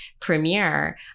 premiere